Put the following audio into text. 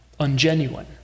ungenuine